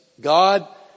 God